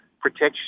protection